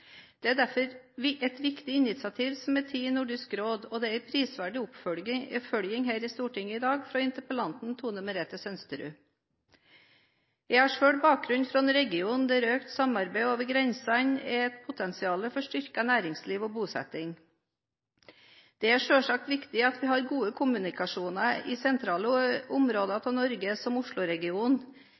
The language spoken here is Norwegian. Det er derfor et viktig initiativ som er tatt i Nordisk råd, og det er en prisverdig oppfølging her i Stortinget i dag fra interpellanten Tone Merete Sønsterud. Jeg har selv bakgrunn fra en region der økt samarbeid over grensene er et potensial for styrket næringsliv og bosetting. Det er selvsagt viktig at vi har gode kommunikasjoner i sentrale områder av Norge som